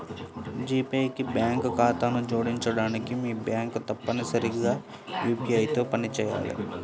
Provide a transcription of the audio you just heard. G Pay కి bank ఖాతాను జోడించడానికి, మీ బ్యాంక్ తప్పనిసరిగా యూ.పీ.ఐ తో పనిచేయాలి